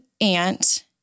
aunt